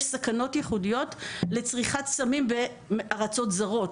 יש סכנות ייחודיות לצריכת סמים בארצות זרות,